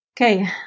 Okay